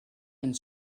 and